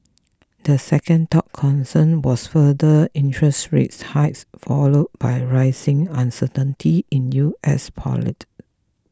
the second top concern was further interest rates hikes followed by rising uncertainty in U S politics